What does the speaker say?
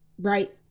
right